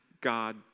God